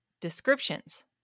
descriptions